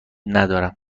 ندارم